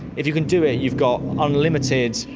if you can do it you've got unlimited,